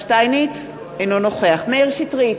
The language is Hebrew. אינו נוכח מאיר שטרית,